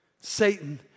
Satan